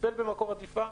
טיפל במקור הדליפה,